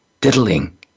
diddling